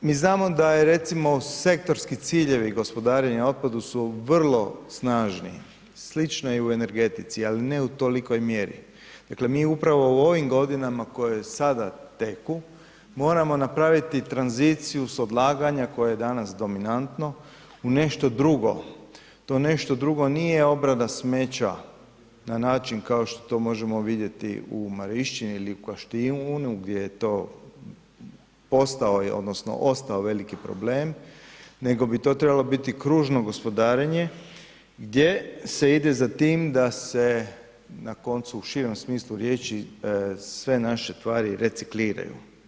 Mi znamo da recimo sektorski ciljevi gospodarenja otpadom su vrlo snažni, slično je i u energetici ali ne u toliko mjeri, dakle mi upravo u ovim godinama koje sada teku, moramo napraviti tranziciju s odlaganja koje je danas dominantno u nešto drugo, to nešto drugo nije obrada smeća na način kao što možemo vidjeti u Marišćini ili Kaštijunu gdje je to postao odnosno ostao veliki problem nego bi to trebalo biti kružno gospodarenje gdje se ide za tim da se na koncu u širem smislu riječi sve naše stvari recikliraju.